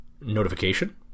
notification